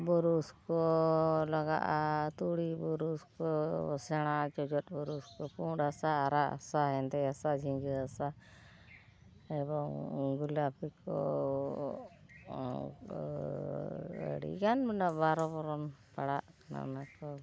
ᱵᱩᱨᱩᱥ ᱠᱚ ᱞᱟᱜᱟᱜᱼᱟ ᱛᱩᱲᱤ ᱵᱩᱨᱩᱥ ᱠᱚ ᱥᱮᱬᱟ ᱵᱩᱨᱩᱥ ᱠᱚ ᱯᱩᱸᱰ ᱦᱟᱥᱟ ᱟᱨᱟᱜ ᱦᱟᱥᱟ ᱦᱮᱸᱫᱮ ᱦᱟᱥᱟ ᱡᱷᱤᱸᱜᱟᱹ ᱦᱟᱥᱟ ᱮᱵᱚᱝ ᱜᱩᱞᱟᱯᱤ ᱠᱚ ᱟᱹᱰᱤ ᱜᱟᱱ ᱢᱮᱱᱟᱜᱼᱟ ᱵᱟᱨᱚ ᱵᱚᱨᱱ ᱯᱟᱲᱟᱜ ᱠᱟᱱᱟ ᱚᱱᱟ ᱠᱚ